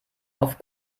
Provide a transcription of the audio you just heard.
auf